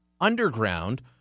underground